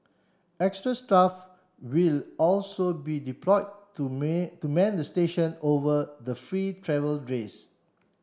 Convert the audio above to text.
extra staff will also be deploy to to man the station over the free travel